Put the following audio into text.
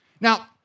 Now